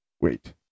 Wait